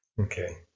Okay